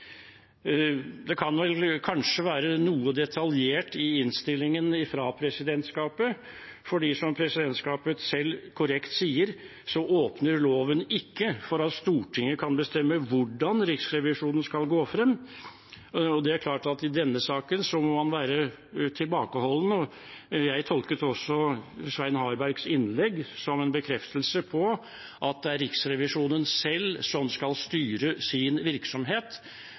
Det kan kanskje være noe detaljert i innstillingen fra presidentskapet, for som presidentskapet selv korrekt sier, åpner loven ikke for at Stortinget kan bestemme hvordan Riksrevisjonen skal gå frem. Det er klart at man i denne saken må være tilbakeholden, og jeg tolket også Svein Harbergs innlegg som en bekreftelse på at det er Riksrevisjonen selv som skal styre sin virksomhet.